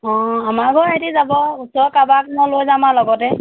অঁ আমাৰ বাৰু সিহঁতি যাব ওচৰৰ কাৰোবাক মই লৈ যাম আৰু লগতে